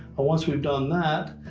ah once we've done that,